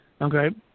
okay